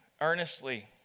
earnestly